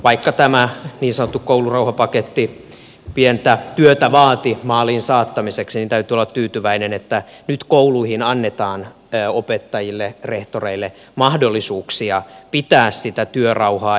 vaikka tämä niin sanottu koulurauhapaketti pientä työtä vaati maaliin saattamiseksi niin täytyy olla tyytyväinen että nyt kouluihin annetaan opettajille rehtoreille mahdollisuuksia pitää sitä työrauhaa